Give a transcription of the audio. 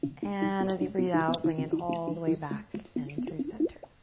and as you breathe out, bring it all the way back and through center.